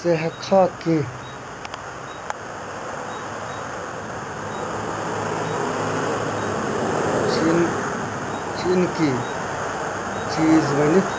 ژٕ ہیٚکھا کینٛہہ چِن چیٖنٕکی چیٖز ؤنِتھ